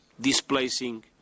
displacing